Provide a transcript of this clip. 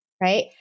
right